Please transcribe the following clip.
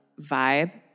vibe